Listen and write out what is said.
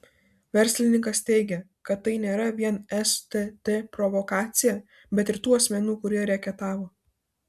verslininkas teigė kad tai nėra vien stt provokacija bet ir tų asmenų kurie reketavo